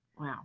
Wow